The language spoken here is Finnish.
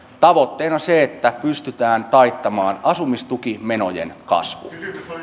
tavoitteena on se että pysytään taittamaan asumistukimenojen kasvu